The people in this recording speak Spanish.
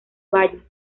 valles